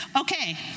Okay